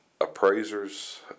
Appraisers